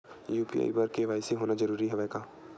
UPI बर KYC होना जरूरी हवय का?